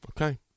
Okay